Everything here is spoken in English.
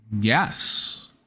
Yes